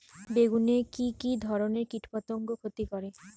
বেগুনে কি কী ধরনের কীটপতঙ্গ ক্ষতি করে?